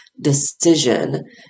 decision